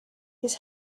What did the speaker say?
his